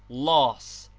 loss,